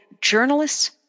journalists